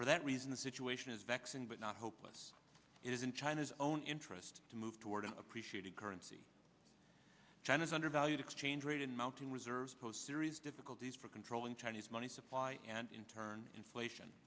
for that reason the situation is vexing but not hopeless it is in china's own interest to move toward an appreciating currency china's undervalued exchange rate in mounting reserves post serious difficulties for controlling chinese money supply and in turn inflation